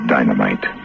Dynamite